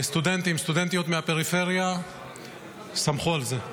סטודנטים, סטודנטיות מהפריפריה שמחו על זה.